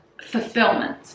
fulfillment